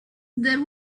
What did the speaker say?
there